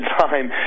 time